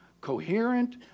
coherent